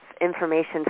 information